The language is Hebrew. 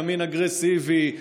ימין אגרסיבי,